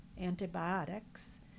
antibiotics